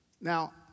Now